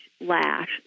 lash